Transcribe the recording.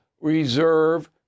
reserve